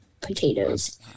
potatoes